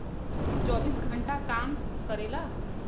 चौबीस घंटा काम करेला